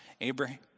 Abraham